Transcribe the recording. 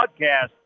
Podcast